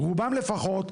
רובם לפחות,